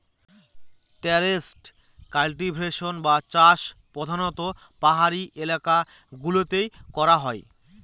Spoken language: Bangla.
ট্যারেস কাল্টিভেশন বা চাষ প্রধানত পাহাড়ি এলাকা গুলোতে করা হয়